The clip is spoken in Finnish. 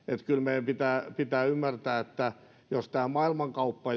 kyllä meidän pitää pitää ymmärtää että maailmankaupassa